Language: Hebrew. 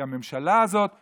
כי הממשלה הזאת תומכת,